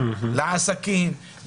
לעסקים,